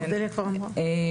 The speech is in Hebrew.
ראשית,